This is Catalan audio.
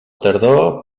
tardor